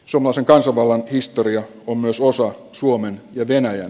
summasen kansanvallan historia on myös osa suomen ja venäjän